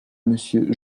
monsieur